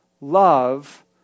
love